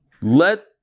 let